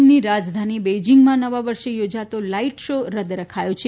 ચીનની રાજધાની બેઇજીંગમાં નવા વર્ષે યોજાતો લાઇટ શો રદ રખાયો છે